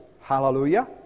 hallelujah